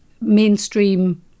mainstream